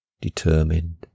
determined